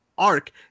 arc